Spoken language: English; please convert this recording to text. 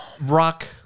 Rock